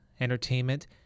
entertainment